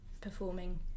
performing